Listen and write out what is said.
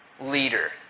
leader